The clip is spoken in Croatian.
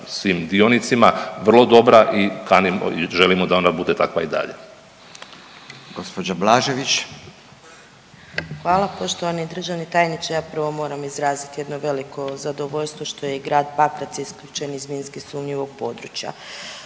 svim dionicima vrlo dobra i želimo da ona bude takva i dalje.